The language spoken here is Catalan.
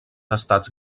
estats